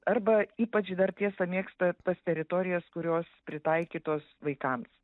arba ypač dar tiesa mėgsta tas teritorijas kurios pritaikytos vaikams